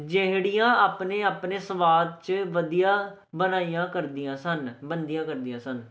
ਜਿਹੜੀਆਂ ਆਪਣੇ ਆਪਣੇ ਸਵਾਦ 'ਚ ਵਧੀਆ ਬਣਾਈਆਂ ਕਰਦੀਆਂ ਸਨ ਬਣਦੀਆਂ ਕਰਦੀਆਂ ਸਨ